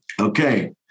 Okay